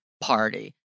party